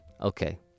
Okay